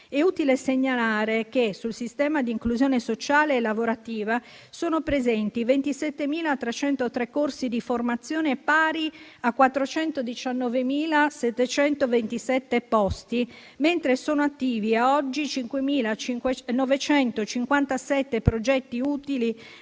È utile segnalare che sul sistema di inclusione sociale e lavorativa sono presenti 27.303 corsi di formazione, pari a 419.727 posti, mentre sono attivi ad oggi 5.957 progetti utili